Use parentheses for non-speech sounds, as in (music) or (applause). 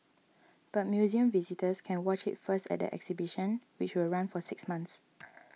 but museum visitors can watch it first at the exhibition which will run for six months (noise)